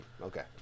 Okay